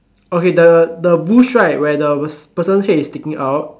okay the the bush right where the person's head is sticking out